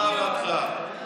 עזוב אותך.